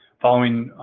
following